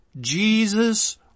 Jesus